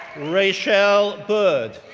rachele byrd,